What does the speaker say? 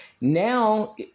Now